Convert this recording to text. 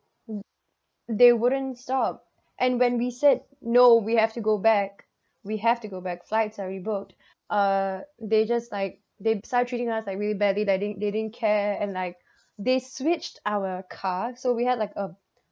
they wouldn't stop and when we said no we have to go back we have to go back flights are already booked uh they just like they start treating us Iike really badly like they didn't they didn't care and like they switched our car so we had like a